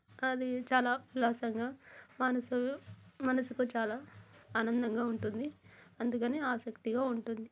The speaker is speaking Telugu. అది చాలా ఉల్లాసంగా మనసులు మనసుకు చాలా ఆనందంగా ఉంటుంది అందుకని ఆసక్తిగా ఉంటుంది